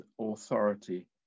authority